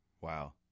Wow